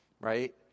right